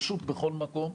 פשוט בכל מקום.